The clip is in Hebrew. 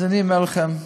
אז אני אומר לכם: